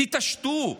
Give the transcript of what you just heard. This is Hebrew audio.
תתעשתו.